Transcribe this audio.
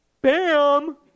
Bam